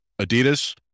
Adidas